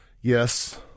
Yes